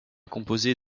composé